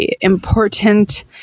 important